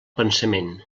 pensament